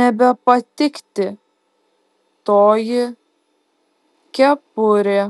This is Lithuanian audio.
nebepatikti toji kepurė